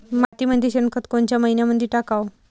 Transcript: मातीमंदी शेणखत कोनच्या मइन्यामंधी टाकाव?